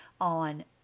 on